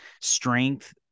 strength